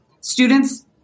students